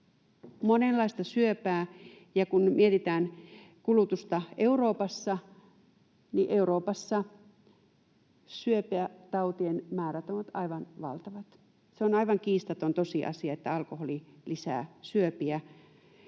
monenlaista syöpää. Ja kun mietitään kulutusta Euroopassa, niin Euroopassa syöpätautien määrät ovat aivan valtavat. Se on aivan kiistaton tosiasia, että alkoholi lisää syöpiä,